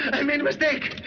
i made a mistake.